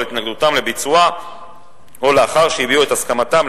התנגדותם לביצועה או לאחר שהביעו את הסכמתם,